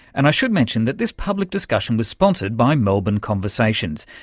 and i should mention that this public discussion was sponsored by melbourne conversations,